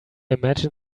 imagine